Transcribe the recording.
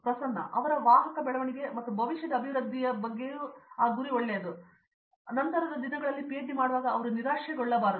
ಪ್ರಸನ್ನ ಅವರ ವಾಹಕ ಬೆಳವಣಿಗೆ ಮತ್ತು ಭವಿಷ್ಯದ ಅಭಿವೃದ್ಧಿಯ ಎಲ್ಲದರ ಬಗ್ಗೆ ನಂತರದ ದಿನಗಳಲ್ಲಿ ಅವರು ಪಿಎಚ್ಡಿ ಮಾಡುವಾಗ ನಿರಾಶೆಗೊಳ್ಳಬಾರದು